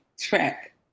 track